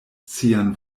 sian